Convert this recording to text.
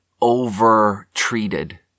over-treated